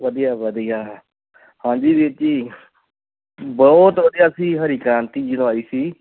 ਵਧੀਆ ਵਧੀਆ ਹਾਂਜੀ ਵੀਰ ਜੀ ਬਹੁਤ ਵਧੀਆ ਸੀ ਹਰੀ ਕ੍ਰਾਂਤੀ ਜਦੋਂ ਆਈ ਸੀ